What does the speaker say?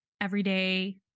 everyday